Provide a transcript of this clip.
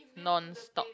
non stop